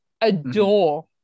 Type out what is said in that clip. Adore